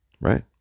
Right